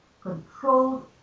controlled